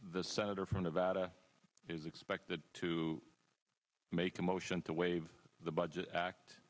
the senator from nevada is expected to make a motion to waive the budget act